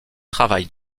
travail